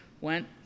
went